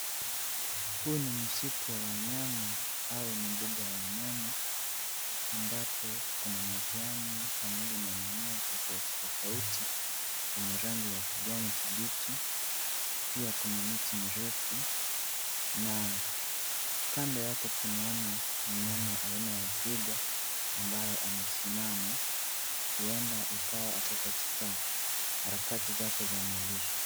Huu ni msitu wa wanyama au ni mbuga wa wanyama ambapo kuna majani pamoja na mimea tofauti tofauti yenye rangi ya kijani kibichi pia kuna miti mirefu na kando yake tunaona mnyama aina ya twiga ambaye amesimama huenda ikiwa ako katika harakati zake za malisho.